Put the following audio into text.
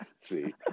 See